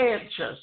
anxious